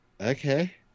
Okay